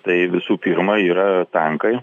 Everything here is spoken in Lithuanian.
tai visų pirma yra tankai